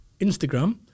Instagram